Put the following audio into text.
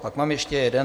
Pak mám ještě jeden.